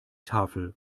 tafel